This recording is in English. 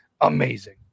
amazing